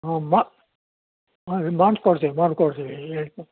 ಹಾಂ ಬಾ ಹಾಂ ರೀ ಮಾಡ್ಕೊಡ್ತಿವಿ ಮಾಡಿಕೊಡ್ತೀವಿ ಈ